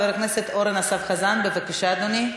חבר הכנסת אורן אסף חזן, בבקשה, אדוני.